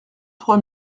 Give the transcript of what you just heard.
trois